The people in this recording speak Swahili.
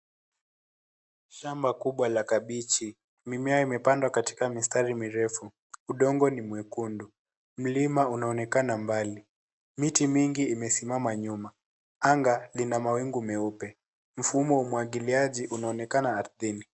Shamba kubwa la kabeji, mimea imepandwa katika mistari mirefu, udongo ni mwekundu. Mlima unaonekana mbali. Miti mingi imesimama nyuma, anga lina mawingu meupe mfumo wa umwagiliaji unaonekana ardhini.